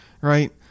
right